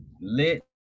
lit